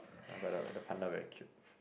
uh but the the panda very cute